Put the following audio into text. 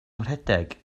rhedeg